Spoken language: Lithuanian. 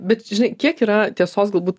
bet žinai kiek yra tiesos galbūt